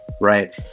right